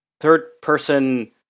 third-person